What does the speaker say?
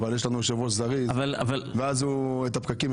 אבל יש לנו יושב ראש זריז ואת הפקקים הוא